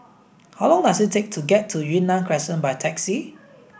how long does it take to get to Yunnan Crescent by taxi